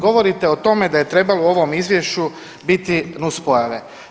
Govorite o tome da je trebalo u ovom izvješću biti nuspojave.